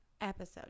episode